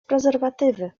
prezerwatywy